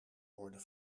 worden